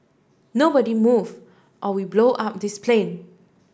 nobody move or we blow up this plane